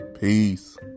Peace